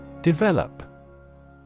Develop